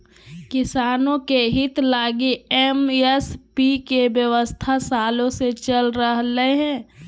किसानों के हित लगी एम.एस.पी के व्यवस्था सालों से चल रह लय हें